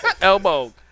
Elbow